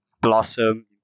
blossom